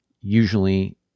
usually